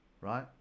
right